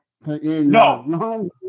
no